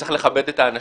וצריך לכבד את האנשים.